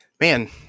Man